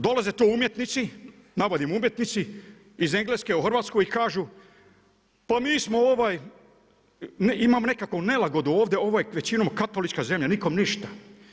Dolaze tu umjetnici, navodim umjetnici iz Engleske u Hrvatsku i kažu pa mi smo imam nekakvu nelagodu ovdje, ovo je većinom katolička zemlja nikom ništa.